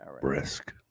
Brisk